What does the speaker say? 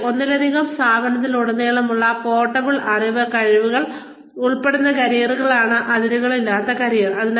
കൂടാതെ ഒന്നിലധികം സ്ഥാപനങ്ങളിലുടനീളമുള്ള പോർട്ടബിൾ അറിവ് കഴിവുകൾ എന്നിവ ഉൾപ്പെടുന്ന കരിയറുകളാണ് അതിരുകളില്ലാത്ത കരിയർ